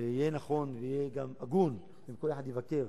ויהיה נכון ויהיה גם הגון אם כל אחד יבקר